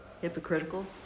Hypocritical